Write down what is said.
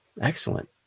Excellent